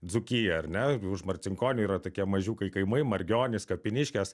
dzūkija ar ne už marcinkonių yra tokie mažiukai kaimai margionys kapiniškės